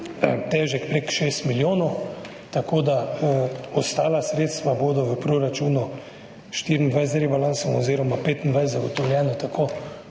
težek prek 6 milijonov, tako da ostala sredstva bodo v proračunu 2024 z rebalansom oziroma 2025 zagotovljena, ko